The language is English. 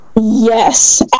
Yes